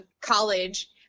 college